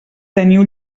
teniu